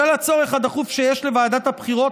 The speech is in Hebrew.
בשל הצורך הדחוף שיש לוועדת הבחירות